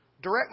Direct